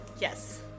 Yes